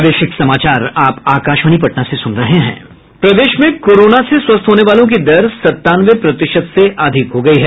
प्रदेश में कोरोना से स्वस्थ होने वालो की दर सत्तानवे प्रतिशत से अधिक हो गयी है